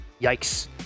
yikes